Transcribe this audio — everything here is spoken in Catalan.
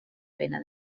pena